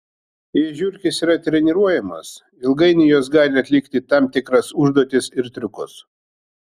jei žiurkės yra treniruojamos ilgainiui jos gali atlikti tam tikras užduotis ir triukus